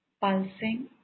pulsing